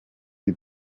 die